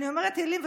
אני אומרת תהילים,